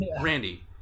Randy